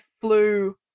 flew